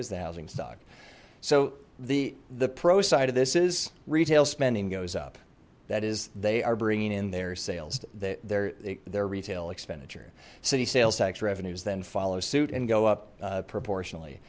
is the housing stock so the the pro side of this is retail spending goes up that is they are bringing in their sales that their their retail expenditure city sales tax revenues then follow suit and go up proportionally